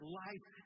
life